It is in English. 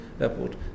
airport